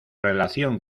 relación